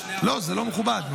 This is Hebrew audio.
לא, זה לא מכובד.